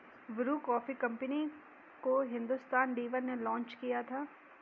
Bru coffee company को Hindustan Lever ने launch किया था